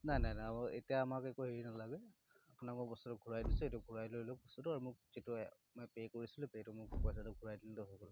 নাই নাই নাই আকৌ এতিয়া আমাক একো হেৰি নালাগে আপোনোকৰ বস্তুটো ঘূৰাই দিছোঁ এইটো ঘূৰাই লৈ লওক বস্তুটো আৰু মোক যিটো মই পে কৰিছিলোঁ সেইটো মোক পইচাটো ঘূৰাই দিলে হৈ যাব